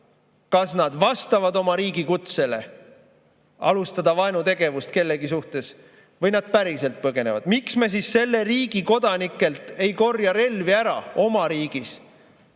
kas nad vastavad oma riigi kutsele alustada vaenutegevust kellegi suhtes või nad päriselt põgenevad? Miks me siis selle riigi kodanikelt ei korja relvi ära oma riigis?